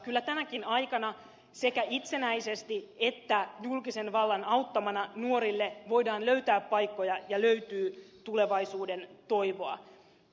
kyllä tänäkin aikana sekä itsenäisesti että julkisen vallan auttamana nuorille voidaan löytää paikkoja ja löytyy tulevaisuuden toivoa